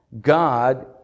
God